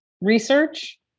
research